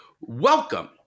welcome